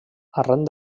arran